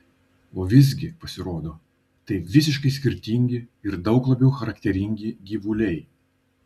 o visgi pasirodo tai visiškai skirtingi ir daug labiau charakteringi gyvuliai